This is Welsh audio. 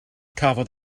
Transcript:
cafodd